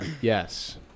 Yes